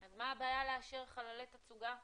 אז מה הבעיה לאשר חללי תצוגה חיצוניים?